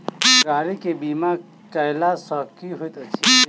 गाड़ी केँ बीमा कैला सँ की होइत अछि?